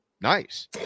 nice